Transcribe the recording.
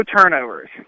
turnovers